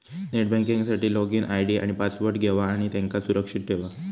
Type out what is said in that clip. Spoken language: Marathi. नेट बँकिंग साठी लोगिन आय.डी आणि पासवर्ड घेवा आणि त्यांका सुरक्षित ठेवा